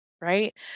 right